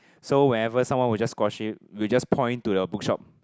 so whenever someone were just squash it we just point to the bookshop